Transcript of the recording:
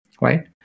Right